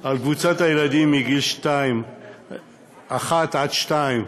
על קבוצת הילדים מגיל שנה עד שנתיים,